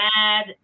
mad